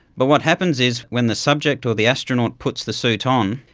but what happens is when the subject or the astronaut puts the suit on,